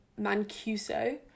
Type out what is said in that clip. Mancuso